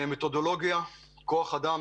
מתודולוגיה, כוח אדם.